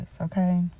okay